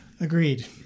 Agreed